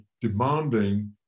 demanding